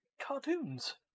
cartoons